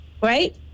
right